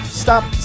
stop